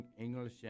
English